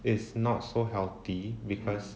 it's not so healthy because